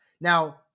Now